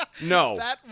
No